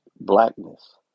blackness